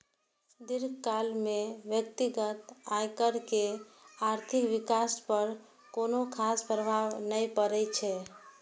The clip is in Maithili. दीर्घकाल मे व्यक्तिगत आयकर के आर्थिक विकास पर कोनो खास प्रभाव नै पड़ै छै